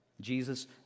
Jesus